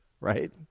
Right